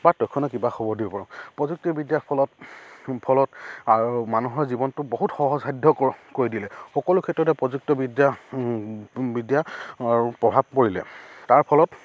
বা তৎক্ষণাতে কিবা খবৰ দিব পাৰোঁ প্ৰযুক্তিবিদ্যাৰ ফলত ফলত আৰু মানুহৰ জীৱনটো বহুত সহজসাধ্য হ'ল কৰি দিলে সকলো ক্ষেত্ৰতে প্ৰযুক্তিবিদ্যা বিদ্যাৰ প্ৰভাৱ পৰিলে তাৰ ফলত